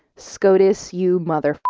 scotus you mother